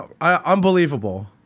Unbelievable